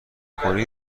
کنید